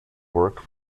worked